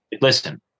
listen